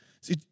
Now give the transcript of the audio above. See